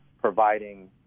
providing